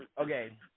okay